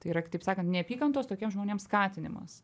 tai yra kitaip sakant neapykantos tokiem žmonėm skatinimas